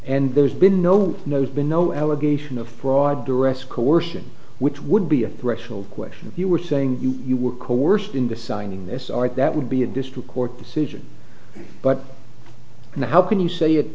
and there's been no no's been no allegation of fraud duress coercion which would be a threshold question if you were saying you were coerced into signing this art that would be a district court decision but now how can you say it